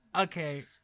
Okay